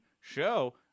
show